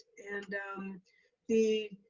and um the,